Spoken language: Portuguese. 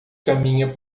caminha